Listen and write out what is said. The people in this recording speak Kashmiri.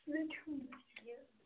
یہِ ناے چھُنہٕ